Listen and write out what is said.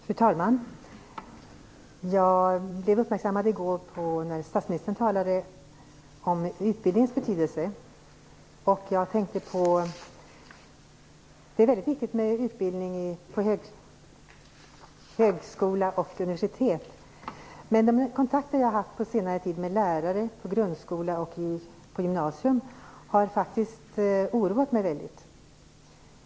Fru talman! Jag uppmärksammade i går att statsministern talade om utbildningens betydelse. Det är väldigt viktigt med utbildning vid högskolor och universitet. Men efter de kontakter jag på senare tid haft med lärare på grundskola och i gymnasium oroar detta mig väldigt.